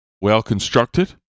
well-constructed